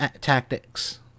tactics